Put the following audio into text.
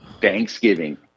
Thanksgiving